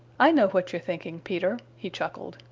i know what you're thinking, peter, he chuckled.